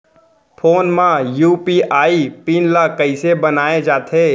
Phone म UPI PIN ल कइसे बनाये जाथे?